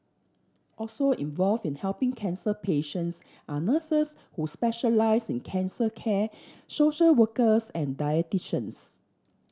also involve in helping cancer patients are nurses who specialise in cancer care social workers and dietitians